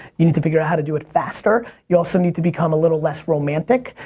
you need to figure out how to do it faster. you also need to become a little less romantic,